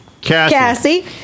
Cassie